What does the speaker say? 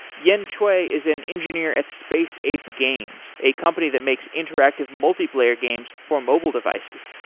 yan cui is an engineer at space ape games, a company that makes interactive multiplier games for mobile devices.